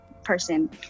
person